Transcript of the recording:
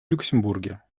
люксембурге